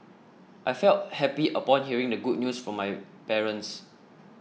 I felt happy upon hearing the good news from my parents